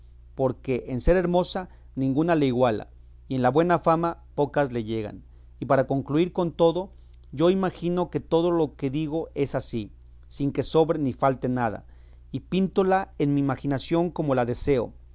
porque en ser hermosa ninguna le iguala y en la buena fama pocas le llegan y para concluir con todo yo imagino que todo lo que digo es así sin que sobre ni falte nada y píntola en mi imaginación como la deseo